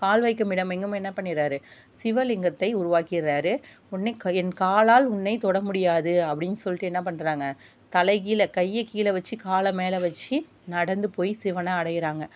கால் வைக்கும் இடமெங்கும் என்ன பண்ணிட்றார் சிவலிங்கத்தை உருவாக்கிட்றார் உடனே என் காலால் உன்னை தொடமுடியாது அப்படின் சொல்லிட்டு என்ன பண்ணுறாங்க தலைகீழே கையை கீழே வச்சு காலை மேலே வச்சு நடந்து போய் சிவனை அடையிறாங்க